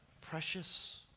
Precious